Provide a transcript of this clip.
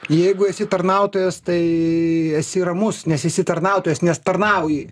jeigu esi tarnautojas tai esi ramus nes esi tarnautojas nes tarnauji